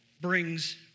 brings